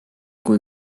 kui